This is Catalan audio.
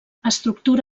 estructura